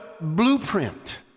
blueprint